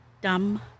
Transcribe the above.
Dumb